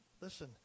Listen